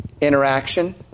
interaction